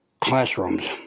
classrooms